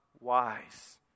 wise